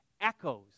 echoes